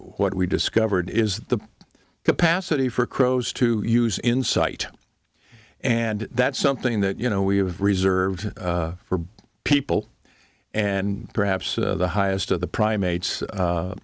what we discovered is the capacity for crows to use insight and that's something that you know we have reserved for people and perhaps the highest of the primates